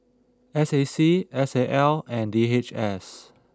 S A C S A L and D H S